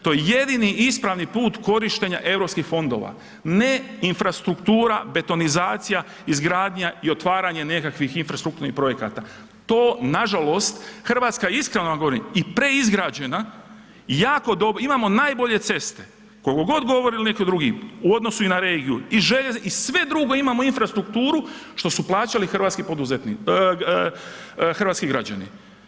To je jedini ispravni put korištenja eu fondova, ne infrastruktura, betonizacija, izgradnja i otvaranje nekakvih infrastrukturnih projekata, to nažalost Hrvatska iskreno vam govorim i preizgrađena i jako dobro, imamo najbolje ceste, koliko god govorili neki drugi u odnosu i na regiju i sve drugo imamo infrastrukturu što su plaćali hrvatski građani.